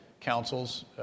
Councils